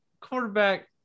quarterback